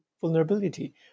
vulnerability